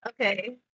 Okay